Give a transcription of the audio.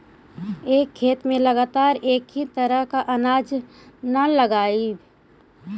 एक खेत में लगातार एक ही तरह के अनाज न लगावऽ